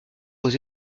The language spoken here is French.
aux